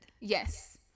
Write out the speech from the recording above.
Yes